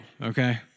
okay